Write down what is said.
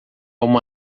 uma